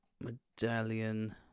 Medallion